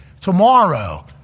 tomorrow